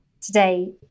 today